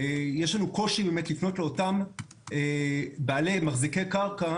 יש לנו קושי באמת לפנות לאותם מחזיקי קרקע